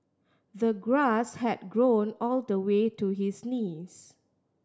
the grass had grown all the way to his knees